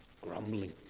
grumbling